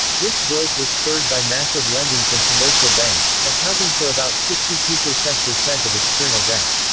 this growth was spurred by massive lending from commercial banks, accounting for about sixty two percent percent of external debt.